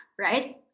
right